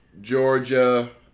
Georgia